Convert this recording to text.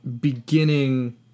beginning